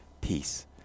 peace